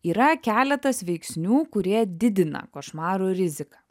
yra keletas veiksnių kurie didina košmarų riziką